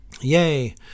Yay